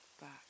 back